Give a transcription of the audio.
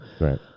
right